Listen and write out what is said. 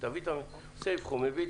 ראית גם יושב-ראש-5% מצליחים בערעור.